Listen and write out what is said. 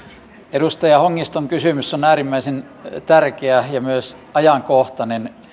edustaja hongiston kysymys on äärimmäisen tärkeä ja myös ajankohtainen